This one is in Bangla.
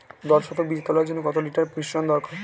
দশ শতক বীজ তলার জন্য কত লিটার মিশ্রন দরকার?